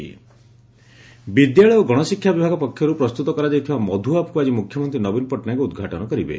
ମଧୁ app ବିଦ୍ୟାଳୟ ଓ ଗଣଶିକ୍ଷା ବିଭାଗ ପକ୍ଷରୁ ପ୍ରସ୍ତୁତ କରାଯାଇଥିବା ମଧୁ ଆପ୍କୁ ଆକି ମୁଖ୍ୟମନ୍ତୀ ନବୀନ ପଟ୍ଟନାୟକ ଉଦ୍ଘାଟନ କରିବେ